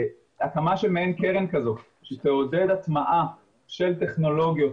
הקמה של מעין קרן כזאת שתעודד הטמעה של טכנולוגיות